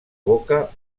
boca